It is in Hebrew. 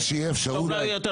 זה אופיר כץ.